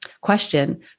question